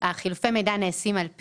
חילופי המידע נעשים על פיו.